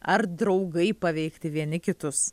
ar draugai paveikti vieni kitus